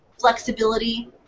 flexibility